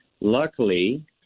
luckily